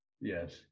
Yes